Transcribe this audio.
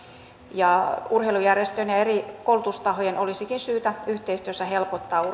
ja urheilujärjestöjen ja eri koulutustahojen olisikin syytä yhteistyössä helpottaa